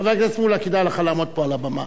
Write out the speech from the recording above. חבר הכנסת מולה, כדאי לך לעמוד פה על הבמה.